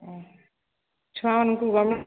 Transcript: ଓ ଛୁଆମାନଙ୍କୁ ଗମେଣ୍ଟ